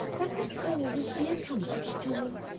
that must always be a comfort to me